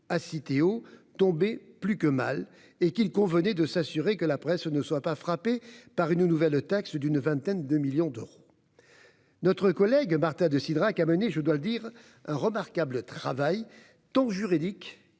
à Citeo tombait plus que mal, et qu'il convenait de s'assurer que la presse ne soit pas frappée d'une nouvelle taxe d'une vingtaine de millions d'euros. Notre collègue Marta de Cidrac a mené- je dois le reconnaître -un remarquable travail, tant juridique